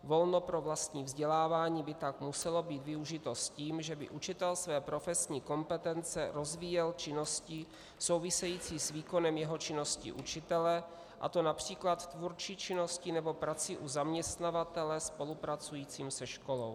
Volno pro vlastní vzdělávání by tak muselo být využito s tím, že by učitel své profesní kompetence rozvíjel činností související s výkonem jeho činnosti učitele, a to například tvůrčí činností nebo prací u zaměstnavatele spolupracujícího se školou.